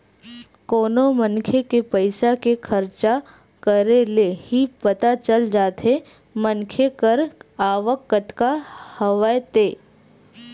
कोनो मनखे के पइसा के खरचा करे ले ही पता चल जाथे मनखे कर आवक कतका हवय ते